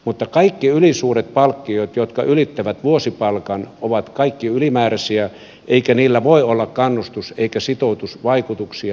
mutta kaikki ylisuuret palkkiot jotka ylittävät vuosipalkan ovat ylimääräisiä eikä niillä voi olla kannustus eikä sitoutusvaikutuksia